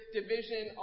division